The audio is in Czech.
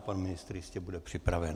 Pan ministr jistě bude připraven.